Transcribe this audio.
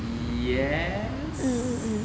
yes